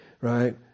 right